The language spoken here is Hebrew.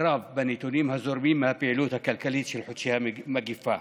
רב בנתונים הזורמים מהפעילות הכלכלית של חודשי המגפה,